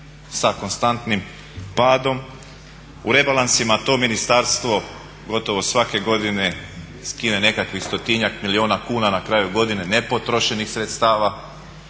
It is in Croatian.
sa konstantnim padom. U rebalansima to ministarstvo gotovo svake godine skine nekakvih stotinjak milijuna kuna na kraju godine nepotrošenih sredstava.